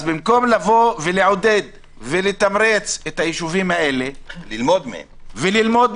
אז במקום לבוא ולעודד ולתמרץ את הישובים האלה וללמוד מהם,